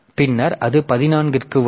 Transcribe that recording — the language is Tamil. பின்னர் அது 14 க்கு வரும்